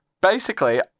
basically-